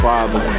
Father